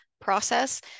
process